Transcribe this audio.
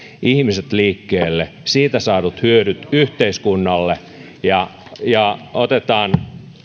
ihmiset liikkeelle ja siitä saadut hyödyt yhteiskunnalle ja ja otetaan